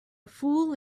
fool